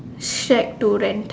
shared to rent